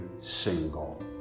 single